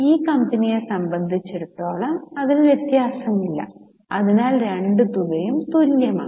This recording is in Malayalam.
ഈ കമ്പനിയെ സംബന്ധിച്ചിടത്തോളം അതിൽ വ്യത്യാസമില്ല അതിനാൽ രണ്ട് തുകയും തുല്യമാണ്